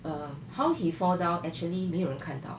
um how he fall down actually 没人看到